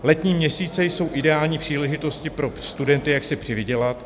Letní měsíce jsou ideální příležitostí pro studenty, jak si přivydělat.